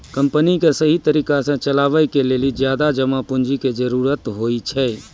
company क सहि तरिका सह चलावे के लेलो ज्यादा जमा पुन्जी के जरुरत होइ छै